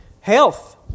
Health